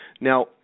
Now